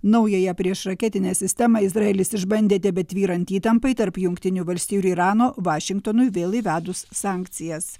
naująją priešraketinę sistemą izraelis išbandė tebetvyrant įtampai tarp jungtinių valstijų ir irano vašingtonui vėl įvedus sankcijas